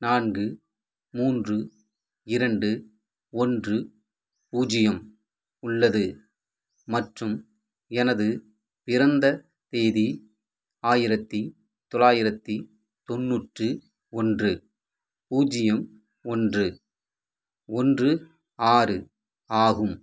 நான்கு மூன்று இரண்டு ஒன்று பூஜ்ஜியம் உள்ளது மற்றும் எனது பிறந்த தேதி ஆயிரத்தி தொள்ளாயிரத்தி தொண்ணூற்றி ஒன்று பூஜ்ஜியம் ஒன்று ஒன்று ஆறு ஆகும்